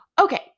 Okay